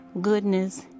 goodness